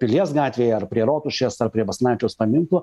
pilies gatvėj ar prie rotušės ar prie basanavičiaus paminklo